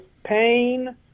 pain